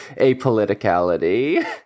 apoliticality